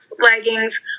leggings